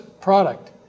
product